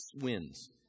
wins